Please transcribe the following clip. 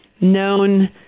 known